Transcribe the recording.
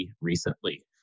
recently